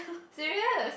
serious